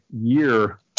year